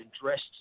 addressed